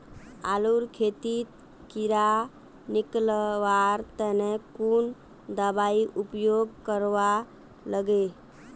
आलूर खेतीत कीड़ा निकलवार तने कुन दबाई उपयोग करवा लगे?